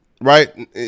right